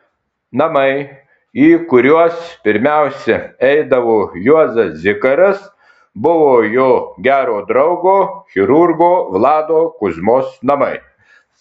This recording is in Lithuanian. namai į kuriuos pirmiausia eidavo juozas zikaras buvo jo gero draugo chirurgo vlado kuzmos namai